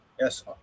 Yes